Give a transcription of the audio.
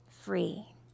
free